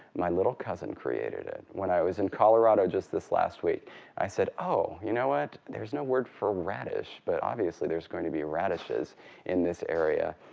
my little cousin created it. when i was in colorado just this last week i said, oh, you know what? there's no word for radish, but obviously there's going to be radishes in this area.